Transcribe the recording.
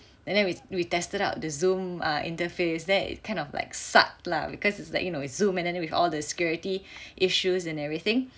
then err then we we tested out the Zoom err interface then it of like sucked lah because it's like you know Zoom and then with all the security issues and everything